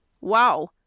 wow